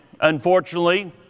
unfortunately